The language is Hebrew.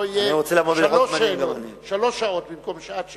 רק כדאי לקצר כדי שהשר לא יהיה בשלוש שעות שאלות במקום שעת שאלות.